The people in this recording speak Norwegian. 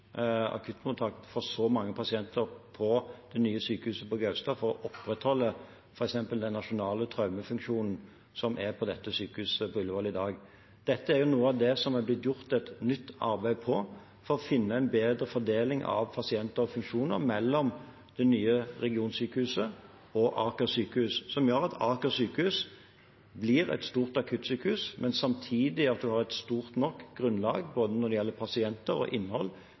akuttmottak for så mange pasienter på det nye sykehuset på Gaustad for å opprettholde f.eks. den nasjonale traumefunksjonen som er på Ullevål sykehus i dag. Dette er noe av det som det er blitt gjort et nytt arbeid på, for å finne en bedre fordeling av pasienter og funksjoner mellom det nye regionsykehuset og Aker sykehus, som gjør at Aker sykehus blir et stort akuttsykehus, men samtidig at man har et stort nok grunnlag når det gjelder både pasienter og innhold,